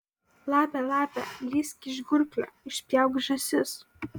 lape lape lįsk iš gurklio išpjauk žąsis